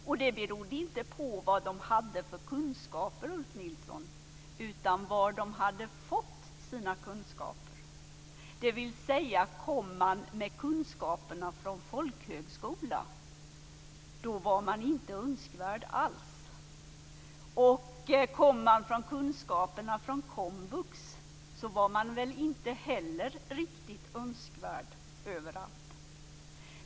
Och det berodde inte på vad de hade för kunskaper, Ulf Nilsson, utan på var de hade fått sina kunskaper. Kom man med kunskaper från folkhögskola var man alltså inte önskvärd alls och kom man med kunskaper från komvux var man väl inte heller riktigt önskvärd överallt.